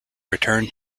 returned